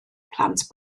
plant